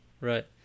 Right